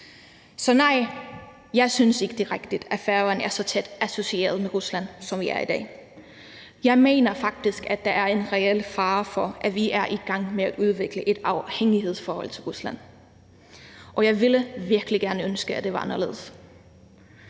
Så nej, jeg synes ikke, det er rigtigt, at Færøerne er så tæt associeret med Rusland, som vi er i dag. Jeg mener faktisk, at der er en reel fare for, at vi er i gang med at udvikle et afhængighedsforhold til Rusland, og jeg ville virkelig ønske, at det var anderledes.